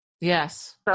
Yes